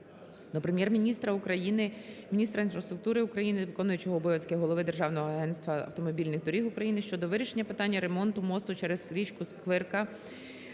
України, міністра інфраструктури України, виконуючого обов'язки Голови Державного агентства автомобільних доріг України щодо вирішення питання ремонту мосту через річку Сквирка